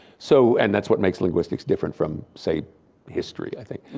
so and that's what makes linguistics different from say history i think.